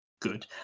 good